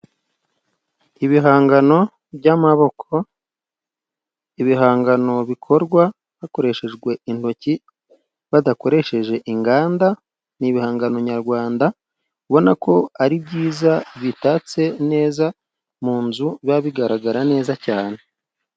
Ibihangano by'amaboko, ibihangano bikorwa hakoreshejwe intoki badakoresheje inganda. Ni ibihangano nyarwanda ubona ko ari byiza, bitatse neza mu nzu biba bigaragara neza cyane.